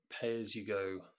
pay-as-you-go